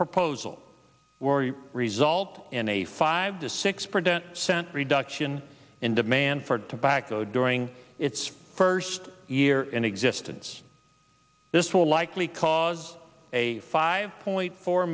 proposal result in a five to six percent cent reduction in demand for tobacco during its first year in existence this will likely cause a five point four